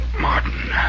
Martin